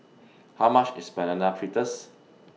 How much IS Banana Fritters